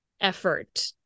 effort